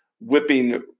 whipping